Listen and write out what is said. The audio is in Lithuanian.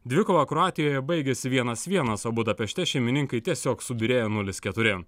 dvikova kroatijoje baigėsi vienas vienas o budapešte šeimininkai tiesiog subyrėjo nulis keturi